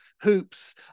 hoops